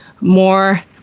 more